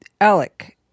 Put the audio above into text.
Alec